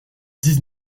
dix